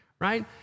right